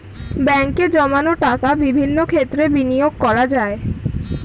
ব্যাঙ্কে জমানো টাকা বিভিন্ন ক্ষেত্রে বিনিয়োগ করা যায়